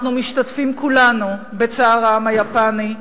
אנחנו משתתפים כולנו בצער העם היפני,